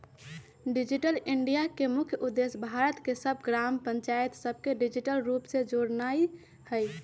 digital India के मुख्य उद्देश्य भारत के सभ ग्राम पञ्चाइत सभके डिजिटल रूप से जोड़नाइ हइ